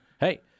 hey